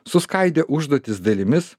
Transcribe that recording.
suskaidė užduotis dalimis